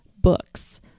books